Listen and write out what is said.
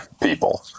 people